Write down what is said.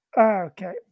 Okay